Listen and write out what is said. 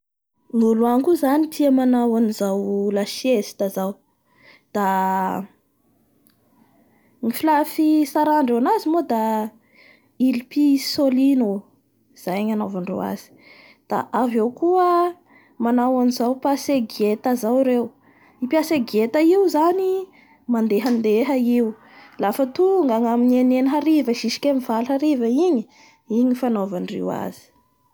Ny olo agny koa zany tia manao an'izao la sieste zao da ny fi-la fitsarandreo azy moa ilpisolino zay ngy anaovandreo azy da avy eo koa manao an'izao passegieta zao reo ka i passegieta io zany mandehandeha io lafa tonga ny amin'ny eninenina hariva jusque amin'ny valo hariva igny, igny ny fanaovandreo azy.